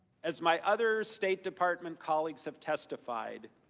as my other state department callings have testified,